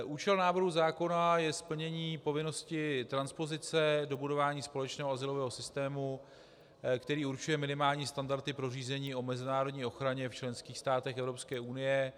Účel návrhu zákona je splnění povinnosti transpozice, dobudování společného azylového systému, který určuje minimální standardy pro řízení o mezinárodní ochraně v členských státech Evropské unie.